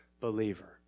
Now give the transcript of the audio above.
believer